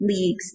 leagues